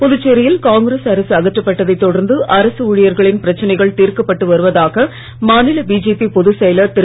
புதுச்சேரியில் காங்கிரஸ் அரசு அகற்றப்பட்டதை தொடர்ந்து அரசு ஊழியர்களின் பிரச்சனைகள் தீர்க்கப்பட்டு வருவதாக மாநில பிஜேபி பொதுச் செயலர் திரு